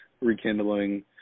rekindling